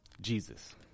Jesus